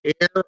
air